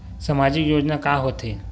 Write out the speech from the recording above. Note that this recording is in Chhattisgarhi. सामाजिक योजना का होथे?